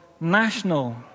national